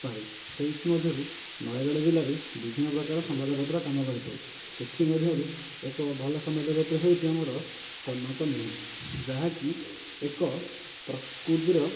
ପାରେ ସେଥିମଧ୍ୟରୁ ନୟାଗଡ଼ ଜିଲ୍ଲାରେ ବିଭିନ୍ନ ପ୍ରକାର ସମ୍ବାଦପତ୍ର କାମ କରିଥାଏ ସେଥିମଧ୍ୟରୁ ଏକ ଭଲ ସମ୍ବାଦପତ୍ର ହେଉଚି ଆମର କନକ ନ୍ୟୁଜ୍ ଯାହାକି ଏକ ପ୍ରକୃତିର